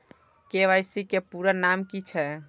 KYC के पूरा नाम की छिय?